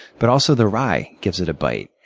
but also, the rye gives it a bite.